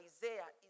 Isaiah